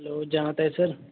hello जै माता दी सर